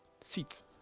seats